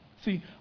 See